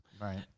Right